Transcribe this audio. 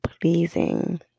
pleasing